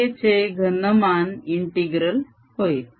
j चे घनमान integral होय